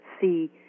see